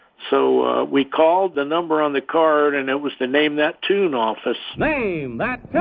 so ah we called the number on the card and it was the name that tune office name that